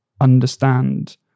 understand